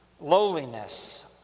lowliness